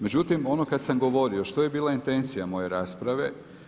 Međutim ono kad sam govorio, što je bila intencija moje rasprave?